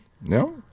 No